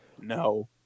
No